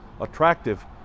attractive